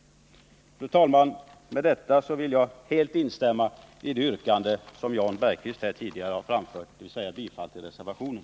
Fru talman! Med detta vill jag instämma i det yrkande som Jan Bergqvist här tidigare anfört, dvs. bifall till reservationen.